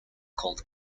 called